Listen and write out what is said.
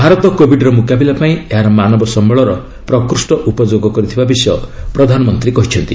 ଭାରତ କୋବିଡ୍ର ମୁକାବିଲା ପାଇଁ ଏହାର ମାନବ ସମ୍ଭଳର ପ୍ରକୃଷ୍ଟ ଉପଯୋଗ କରିଥିବା ବିଷୟ ପ୍ରଧାନମନ୍ତ୍ରୀ କହିଛନ୍ତି